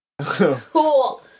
Cool